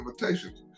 invitations